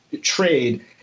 trade